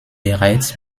bereits